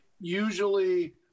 usually